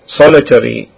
solitary